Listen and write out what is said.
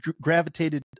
gravitated